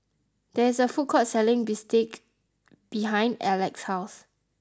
there is a food court selling Bistake behind Elex's house